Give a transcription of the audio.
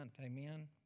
Amen